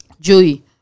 Joey